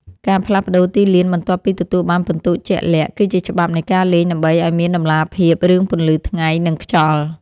ការផ្លាស់ប្តូរទីលានបន្ទាប់ពីទទួលបានពិន្ទុជាក់លាក់ គឺជាច្បាប់នៃការលេងដើម្បីឱ្យមានតម្លាភាពរឿងពន្លឺថ្ងៃ និងខ្យល់។